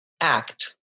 act